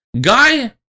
Guy